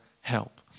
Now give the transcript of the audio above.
help